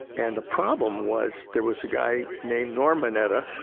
and the problem was, there was a guy named norman mineta,